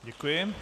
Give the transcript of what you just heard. Děkuji.